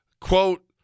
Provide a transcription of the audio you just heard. Quote